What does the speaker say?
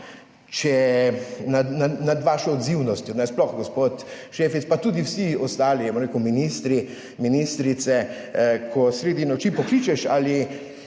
nad vašo odzivnostjo nasploh, gospod Šefic, pa tudi vsi ostali, bom rekel, ministri, ministrice, ko sredi noči pokličeš ali